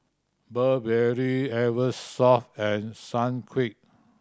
Burberry Eversoft and Sunquick